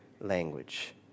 language